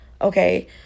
Okay